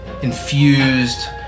infused